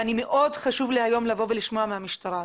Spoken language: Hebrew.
מאוד חשוב לי היום לשמוע מהמשטרה.